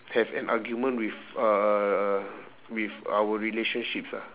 have an argument with uh with our relationships ah